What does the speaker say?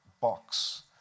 box